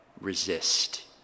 resist